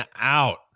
out